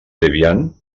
debian